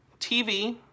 TV